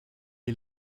est